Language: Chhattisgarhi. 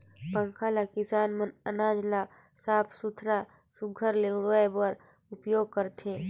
पंखा ल किसान मन अनाज ल साफ सुथरा सुग्घर ले उड़वाए बर उपियोग करथे